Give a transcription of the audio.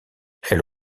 elle